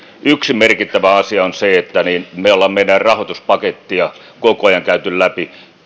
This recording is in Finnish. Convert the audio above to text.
yksi merkittävä asia on se että me olemme meidän rahoituspakettiamme koko ajan käyneet läpi